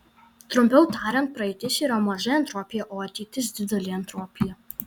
trumpiau tariant praeitis yra maža entropija o ateitis didelė entropija